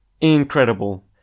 Incredible